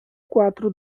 quatro